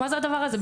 מה זה הדבר הזה?